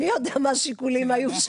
מי יודע מה היו השיקולים שם?